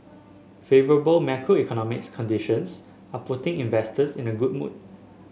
favourable macroeconomic conditions are putting investors in a good mood